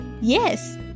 Yes